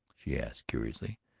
she asked curiously.